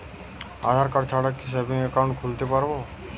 আধারকার্ড ছাড়া কি savings account খুলতে পারব?